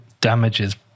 damages